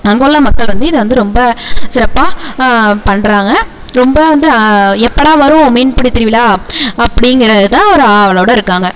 அங்கே உள்ள மக்கள் வந்து இதை வந்து ரொம்ப சிறப்பாக பண்ணுறாங்க ரொம்ப வந்து எப்படா வரும் மீன்பிடித்திருவிழா அப் அப்படிங்கிறதுதான் ஒரு ஆவலோட இருக்காங்கள்